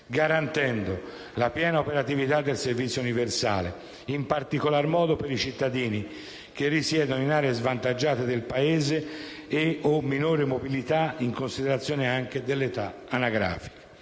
garantendo la piena operatività del servizio universale, in particolare modo per i cittadini che risiedono in aree svantaggiate del Paese e/o minore mobilità in considerazione anche dell'età anagrafica;